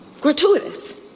Gratuitous